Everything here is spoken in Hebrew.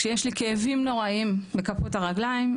כשיש לי כאבים נוראיים בכפות הרגליים.